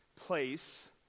place